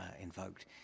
invoked